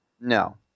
No